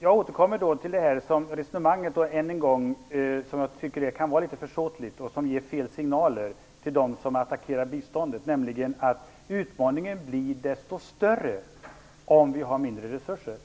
Jag återkommer till det resonemang som jag tycker kan vara litet försåtligt och som ger fel signaler till dem som attackerar biståndet, nämligen att utmaningen blir desto större om vi har mindre resurser.